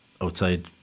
outside